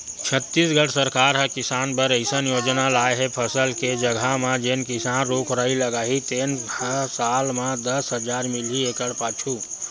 छत्तीसगढ़ सरकार ह किसान बर अइसन योजना लाए हे फसल के जघा म जेन किसान रूख राई लगाही तेन ल साल म दस हजार मिलही एकड़ पाछू